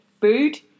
food